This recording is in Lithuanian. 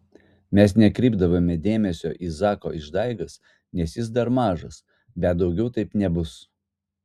mes nekreipdavome dėmesio į zako išdaigas nes jis dar mažas bet daugiau taip nebus